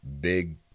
big